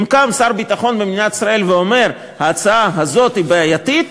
אם קם שר ביטחון במדינת ישראל ואומר: ההצעה הזאת היא בעייתית,